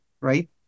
right